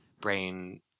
brain